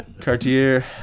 Cartier